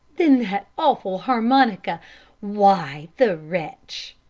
then that awful harmonica why, the wretch!